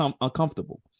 uncomfortable